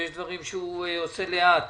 ויש דברים שהוא עושה לאט.